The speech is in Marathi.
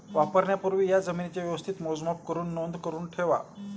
वापरण्यापूर्वी या जमीनेचे व्यवस्थित मोजमाप करुन नोंद करुन ठेवा